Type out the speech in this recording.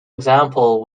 example